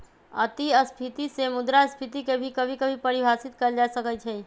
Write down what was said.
अतिस्फीती से मुद्रास्फीती के भी कभी कभी परिभाषित कइल जा सकई छ